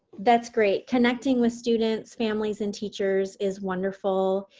that's great. connecting with students, families, and teachers is wonderful.